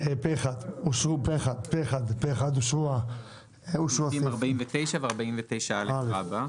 0 נמנעים, 0 אושר הסעיפים 49 ו-49א אושרו פה אחד.